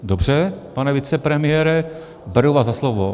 Dobře, pane vicepremiére, beru vás za slovo.